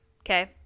Okay